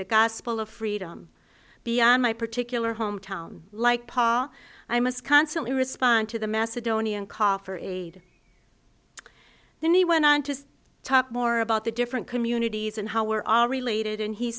the gospel of freedom beyond my particular hometown like paul i must constantly respond to the macedonian call for aid then he went on to talk more about the different communities and how we're all related and he